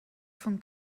von